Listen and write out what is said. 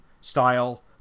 style